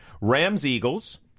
Rams-Eagles